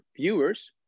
viewers